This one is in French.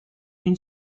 une